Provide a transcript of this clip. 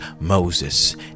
Moses